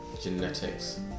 genetics